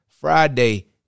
Friday